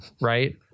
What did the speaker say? right